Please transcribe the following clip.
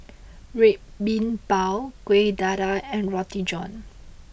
Red Bean Bao Kueh Dadar and Roti John